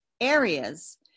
areas